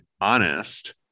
honest